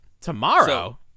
tomorrow